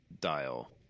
dial